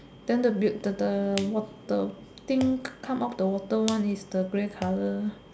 then the build the the the thing come out of water one is the grey colour